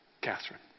Catherine